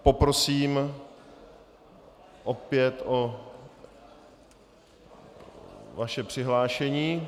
Poprosím opět o vaše přihlášení.